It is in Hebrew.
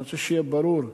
אני רוצה שיהיה ברור,